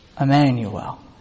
Emmanuel